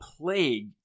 plague